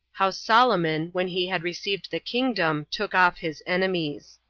how solomon, when he had received the kingdom took off his enemies.